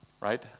right